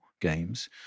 games